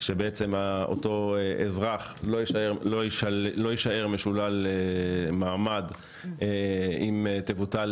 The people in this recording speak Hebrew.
שאותו אזרח לא יישאר משולל מעמד אם תבוטל